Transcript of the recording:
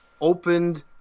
Opened